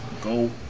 go